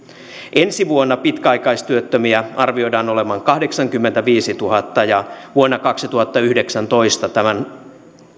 ensi vuonna pitkäaikaistyöttömiä arvioidaan olevan kahdeksankymmentäviisituhatta ja vuonna kaksituhattayhdeksäntoista tämän